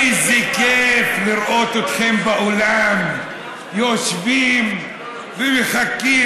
איזה כיף לראות אתכם באולם יושבים ומחכים,